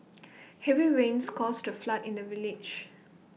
heavy rains caused A flood in the village